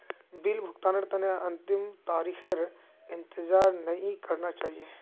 bill भुगतानेर तने अंतिम तारीखेर इंतजार नइ करना चाहिए